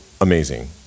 amazing